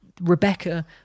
Rebecca